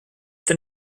than